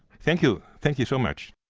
thank you, thank you so much.